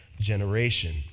generation